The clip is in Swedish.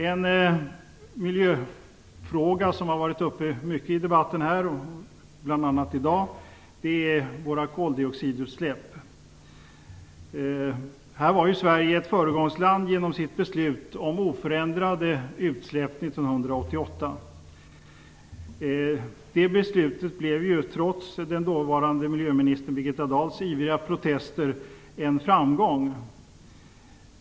En miljöfråga som har varit uppe mycket i debatten, bl.a. i dag, är våra koldioxidutsläpp. Här var ju Sverige ett föregångsland genom sitt beslut om oförändrade utsläpp 1988. Det beslutet blev, trots den dåvarande miljöministern Birgitta Dahls ivriga protester, en framgång.